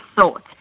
thought